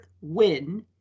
win